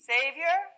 Savior